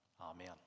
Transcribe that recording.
Amen